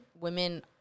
women